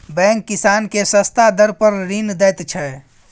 bank किसान केँ सस्ता दर पर ऋण दैत छै